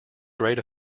great